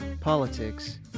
politics